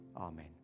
Amen